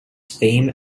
fame